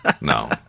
No